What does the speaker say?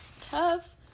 tough